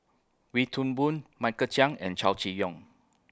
Wee Toon Boon Michael Chiang and Chow Chee Yong